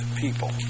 people